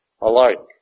alike